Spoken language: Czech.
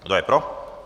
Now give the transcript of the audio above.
Kdo je pro?